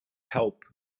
help